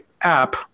app